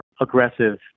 aggressive